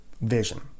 vision